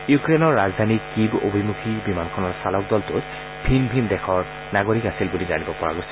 ইউক্ৰেইনৰ ৰাজধানী কীৱ অভিমুখী বিমানখনৰ চালক দলটোত ভিন ভিন দেশৰ নাগৰিক আছিল বুলি জানিব পৰা গৈছে